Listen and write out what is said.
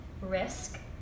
risk